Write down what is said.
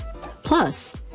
Plus